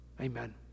Amen